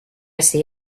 see